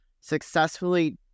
successfully